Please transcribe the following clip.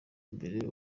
imbere